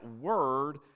Word